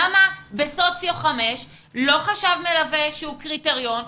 למה בסוציו 5 לא חשב מלווה שהוא קריטריון,